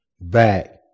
back